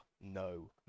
no